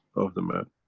of the man.